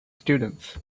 students